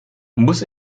muss